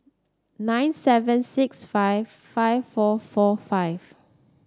nine seven six five five four four five